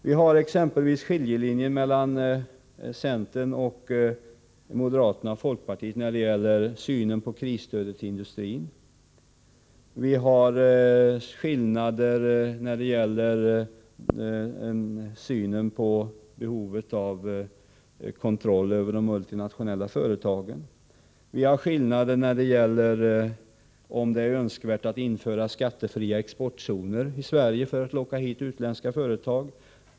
Vi har exempelvis skiljelinjen mellan centern å ena sidan och moderaterna och folkpartiet å den andra när det gäller synen på krisstödet till industrin, på behovet av kontroll över de multinationella företagen, när det gäller om det är önskvärt att införa skattefria exportzoner i Sverige för att locka hit utländska företag.